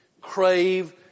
Crave